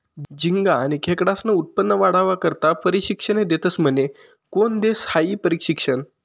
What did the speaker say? झिंगा आनी खेकडास्नं उत्पन्न वाढावा करता परशिक्षने देतस म्हने? कोन देस हायी परशिक्षन?